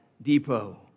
Depot